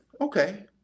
Okay